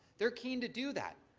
they are keen to do that.